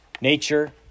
nature